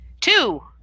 two